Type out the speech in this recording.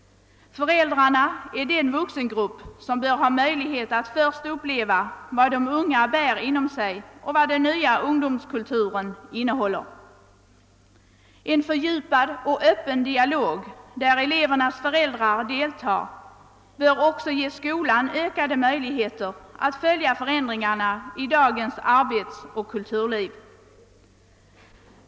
Föräldrarna är den vuxengrupp som bör ha möjlighet att först uppleva vad de unga bär inom sig och vad den nya ungdomskulturen innehåller. En fördjupad och öppen dialog, där elevernas föräldrar deltar, bör också ge skolan ökade möjligheter att följa förändringarna i dagens arbetsoch kulturliv.